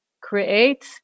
create